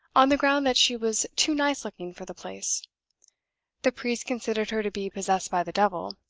on the ground that she was too nice-looking for the place the priest considered her to be possessed by the devil.